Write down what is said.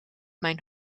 mijn